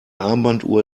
armbanduhr